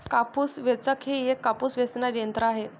कापूस वेचक हे एक कापूस वेचणारे यंत्र आहे